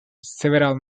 several